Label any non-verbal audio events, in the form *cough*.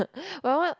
*laughs* my one